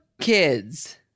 kids